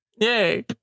Yay